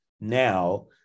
now